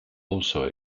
also